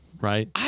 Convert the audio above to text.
right